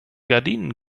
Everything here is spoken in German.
gardinen